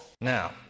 Now